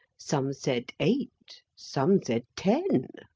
some said eight, some said ten.